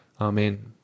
Amen